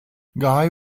guy